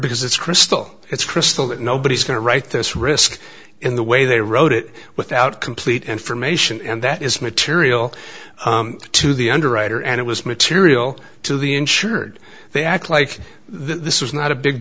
because it's crystal it's crystal that nobody's going to write this risk in the way they wrote it without complete information and that is material to the underwriter and it was material to the insured they act like this was not a big